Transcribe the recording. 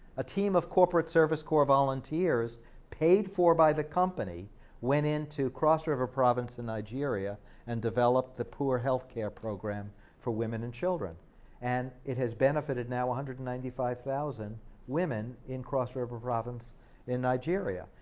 a team of corporate service corp volunteers paid for by the company went into cross river province in nigeria and developed the poor healthcare program for women and children and it has benefited now one ah hundred and ninety five thousand women in cross river province in nigeria,